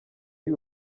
y’u